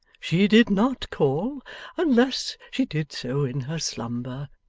she did not call unless she did so in her slumber.